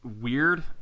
weird